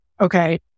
okay